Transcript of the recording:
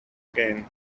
again